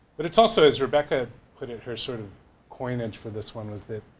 but it's also as rebecca put it, her sort of coinage for this one was that,